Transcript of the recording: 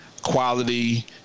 quality